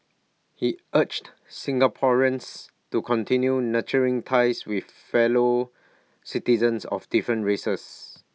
he urged Singaporeans to continue nurturing ties with fellow citizens of different races